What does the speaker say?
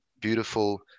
beautiful